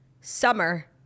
summer